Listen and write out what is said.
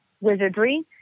wizardry